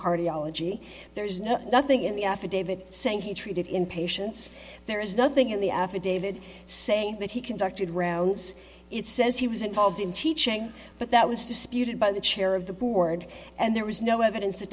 cardiology there is no nothing in the affidavit saying he treated in patients there is nothing in the affidavit saying that he conducted rounds it says he was involved in teaching but that was disputed by the chair of the board and there was no evidence